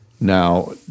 Now